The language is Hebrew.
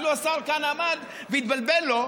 אפילו השר כאן עמד והתבלבל לו,